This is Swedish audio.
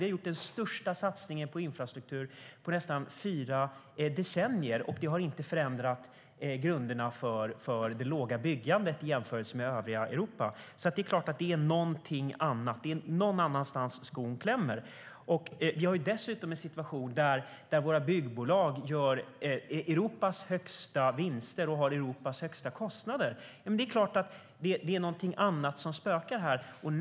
Vi har gjort den största satsningen på infrastruktur på nästan fyra decennier, och det har inte förändrat grunderna för det låga byggandet i jämförelse med övriga Europa. Det är därför klart att det är någon annanstans som skon klämmer. Vi har dessutom en situation där våra byggbolag gör de största vinsterna och har de högsta kostnaderna i Europa. Då är det klart att det är någonting annat som spökar här.